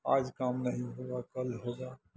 आज काम नहीं होगा कल होगा